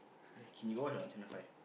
can you watch on channel five